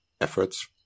efforts